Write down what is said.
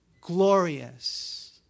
glorious